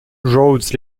roads